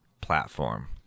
platform